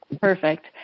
Perfect